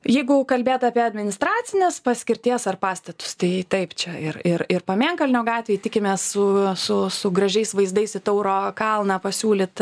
jeigu kalbėt apie administracinės paskirties ar pastatus tai taip čia ir ir ir pamėnkalnio gatvėj tikimės su su su gražiais vaizdais į tauro kalną pasiūlyt